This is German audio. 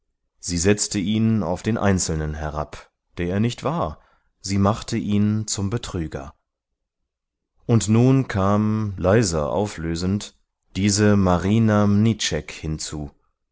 sie setzte ihn auf den einzelnen herab der er nicht war sie machte ihn zum betrüger und nun kam leiser auflösend diese marina mniczek hinzu